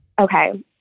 Okay